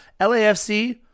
LAFC